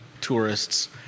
tourists